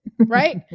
right